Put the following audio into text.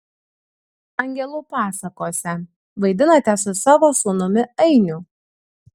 angelų pasakose vaidinate su savo sūnumi ainiu